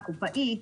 קופאית,